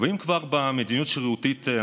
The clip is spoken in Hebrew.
אם כבר אנחנו מדברים